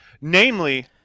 Namely